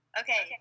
okay